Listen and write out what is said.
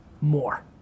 more